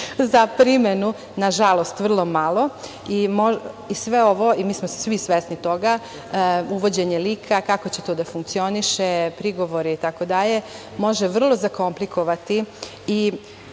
za primenu, nažalost, vrlo malo i sve ovo, svi smo svesni toga, uvođenje i kako će to da funkcioniše, prigovori itd, može vrlo zakomplikovati i